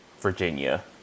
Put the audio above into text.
Virginia